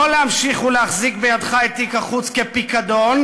לא להמשיך ולהחזיק בידך את תיק החוץ כפיקדון.